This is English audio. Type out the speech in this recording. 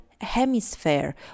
hemisphere